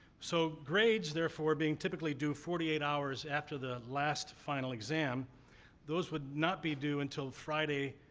so, grades therefore being typically due forty eight hours after the last final exam those would not be due until friday,